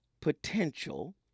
potential